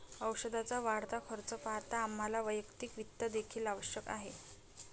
औषधाचा वाढता खर्च पाहता आम्हाला वैयक्तिक वित्त देखील आवश्यक आहे